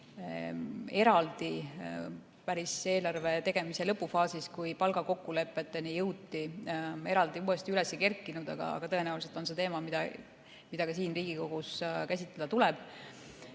mis päris eelarve tegemise lõpufaasis, kui palgakokkulepeteni jõuti, eraldi uuesti üles ei kerkinud. Aga tõenäoliselt on see teema, mida ka siin Riigikogus käsitleda tuleb.